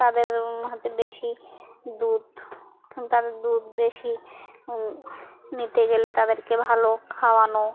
তাদের হচ্ছে বেশি দুধ তাদের দুধ বেশি নিতে গেলে তাদেরকে ভালো খাওয়ানো